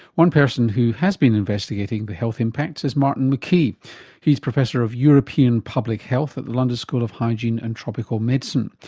one person who has been investigating the health impacts is martin mckee who's professor of european public health at the london school of hygiene and tropical medicine,